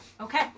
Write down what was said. Okay